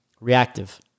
reactive